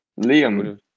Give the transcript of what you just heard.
Liam